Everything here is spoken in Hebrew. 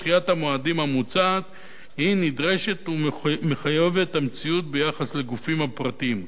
דחיית המועדים המוצעת היא נדרשת ומחויבת המציאות ביחס לגופים הפרטיים.